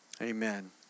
amen